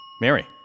Mary